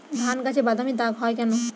ধানগাছে বাদামী দাগ হয় কেন?